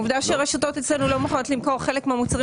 עובדה שהרשתות אצלנו לא מוכנות למכור חלק מהמוצרים